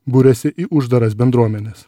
buriasi į uždaras bendruomenes